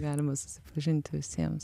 galima susipažinti visiems